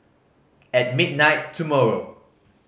at midnight tomorrow